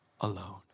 alone